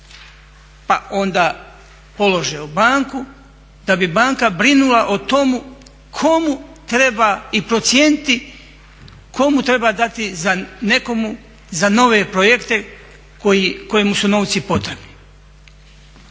pa onda polože u banku da bi banka brinula o tome kome treba i procijeniti komu treba dati nekome za nove projekte kojemu su novci potrebni.